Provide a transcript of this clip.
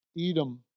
Edom